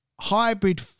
hybrid